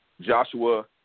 Joshua